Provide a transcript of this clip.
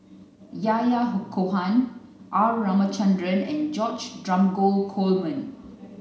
Yahya Cohen R Ramachandran and George Dromgold Coleman